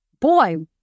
boy